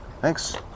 Thanks